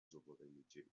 souveränität